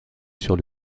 sur